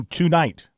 tonight